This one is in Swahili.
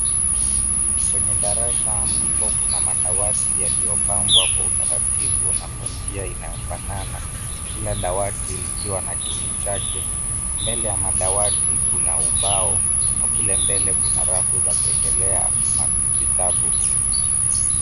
Ni kwenye darasa ambapo kuna madawati yaliyopangwa kwa utaratibu na kwa njia inayofanana. Kila dawati likiwa na kiti chake. Mbele ya madawati kuna ubao, na kule mbele kuna rafu za kuekelea vitabu.